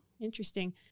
Interesting